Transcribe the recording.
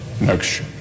next